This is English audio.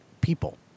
people